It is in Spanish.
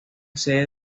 sede